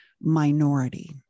minority